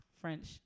French